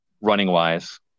running-wise